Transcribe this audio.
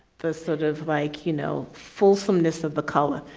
the sort of like, you know, full fullness of the color.